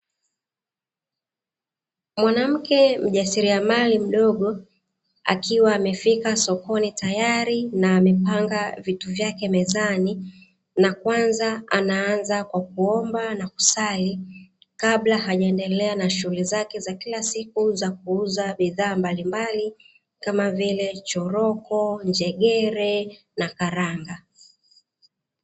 Mwanamke mjasiriamali mdogo akiwa amefika sokoni tayari na amepanga vitu vyake mezani, na kwanza anaanza kwa kuomba na kusali kabla hajaendelea na shughuli zake za kila siku za kuuza bidhaa mbalimbali kama vile choroko, njegere na karanga.